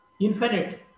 Infinite